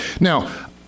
Now